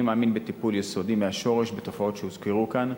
אני מאמין בטיפול יסודי מהשורש בתופעות שהוזכרו כאן,